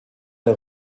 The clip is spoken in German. der